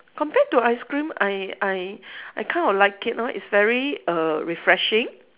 compare to ice cream I I I kind of like it ah it's very err refreshing